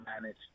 manage